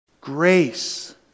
Grace